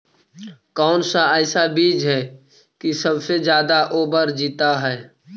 कौन सा ऐसा बीज है की सबसे ज्यादा ओवर जीता है?